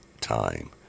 time